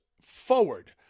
forward